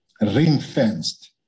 ring-fenced